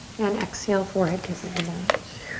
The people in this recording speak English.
and exhale, forehead kisses the mat.